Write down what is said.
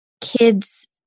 kids